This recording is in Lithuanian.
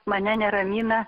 mane neramina